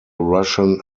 russian